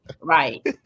Right